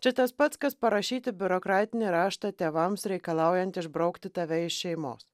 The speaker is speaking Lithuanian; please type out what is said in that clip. čia tas pats kas parašyti biurokratinį raštą tėvams reikalaujant išbraukti tave iš šeimos